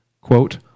Quote